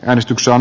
äänestyksen